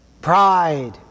Pride